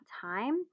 time